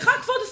סליחה כבוד השר.